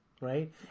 right